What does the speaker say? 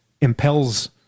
impels